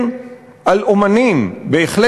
ובכל